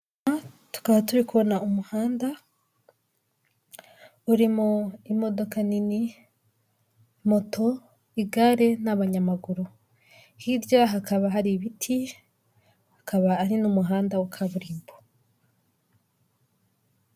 Tukaba turi kubona umuhanda urimo imodoka nini, moto, igare n'abanyamaguru, hirya hakaba hari ibitikaba hakaba ari n'umuhanda wa kaburimbo.